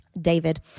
David